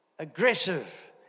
aggressive